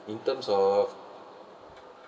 in terms of